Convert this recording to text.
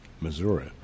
Missouri